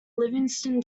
livingston